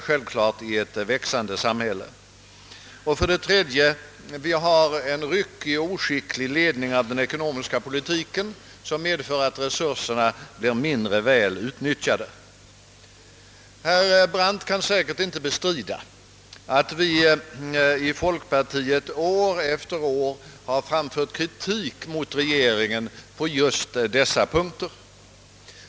Slutligen medför en ryckig, oskicklig ledning av den ekonomiska politiken att resurserna blir mindre väl utnyttjade, t.ex. inom byggnadsverksamheten. Herr Brandt kan säkert inte bestrida att vi i folkpartiet år efter år har framfört kritik mot regeringen på just dessa punkter.